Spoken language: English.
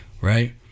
right